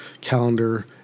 calendar